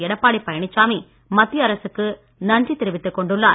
எடப்பாடி பழனிசாமி மத்திய அரசுக்கு நன்றி தெரிவித்துக் கொண்டுள்ளார்